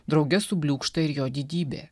drauge subliūkšta ir jo didybė